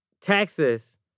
Texas